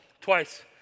Twice